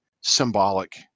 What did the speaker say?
symbolic